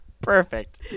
Perfect